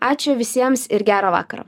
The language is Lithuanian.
ačiū visiems ir gero vakaro